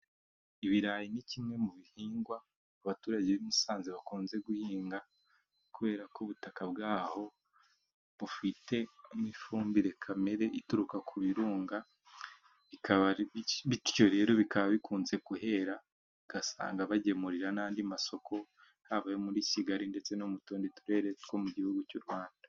Ibirayi ni kimwe mu bihingwa abaturage b'i Musanze bakunze guhinga kubera ko ubutaka bwaho bufitemo ifumbire kamere ituruka ku birunga .Bikaba bityo rero bikaba bikunze kuhera ugasanga bagemurira n'andi masoko, haba ayo muri Kigali ndetse no mu tundi turere two mu gihugu cy'u Rwanda.